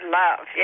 love